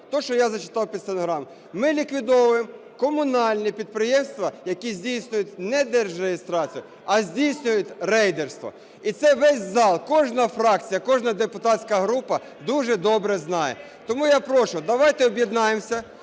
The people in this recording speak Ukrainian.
те, що я зачитав під стенограму. Ми ліквідовуємо комунальні підприємства, які здійснюють не держреєстрацію, а здійснюють рейдерство. І це весь зал, кожна фракція, кожна депутатська група, дуже добре знає. Тому я прошу, давайте об'єднаємося,